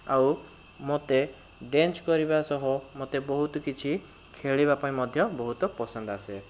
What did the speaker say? ଆଉ ମୋତେ ଡ଼୍ୟାନ୍ସ କରିବା ସହ ମୋତେ ବହୁତ କିଛି ଖେଳିବା ପାଇଁ ମଧ୍ୟ ବହୁତ ପସନ୍ଦ ଆସେ